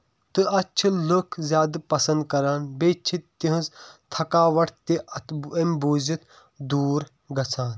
تہٕ اَتھ چھِ لُکھ زیادٕ پسنٛد کران بیٚیہِ چھِ تِہنٛز تھکاوَٹھ تہِ اتھ اَمہِ بوٗزِتھ دوٗر گژھان